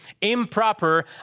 improper